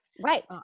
Right